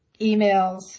Emails